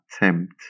attempt